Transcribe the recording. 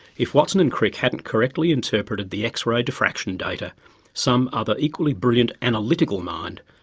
if watson and crick hadn't correctly interpreted the x-ray diffraction data some other equally brilliant analytical mind,